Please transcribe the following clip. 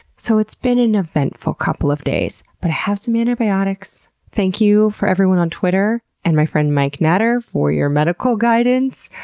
so, it's been an eventful couple of days, but i have some antibiotics, thank you for everyone on twitter and my friend mike natter for your medical guidance.